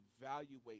evaluate